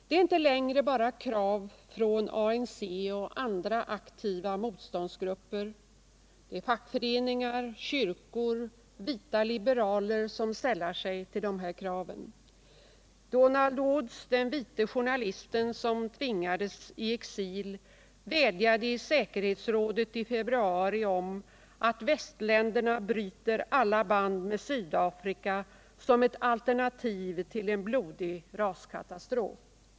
Det är inte längre bara krav från ANC och andra aktiva motståndsgrupper — fackföreningar, kyrkor och vita liberaler ställer sig bakom kraven. Donald Woods, den vite journalisten som tvingades i exil, vädjade i säkerhetsrådet i februari om att västländerna bryter alla band med Sydafrika som ett alternativ till en blodig raskatastrof.